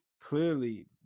clearly